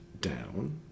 down